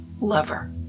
lover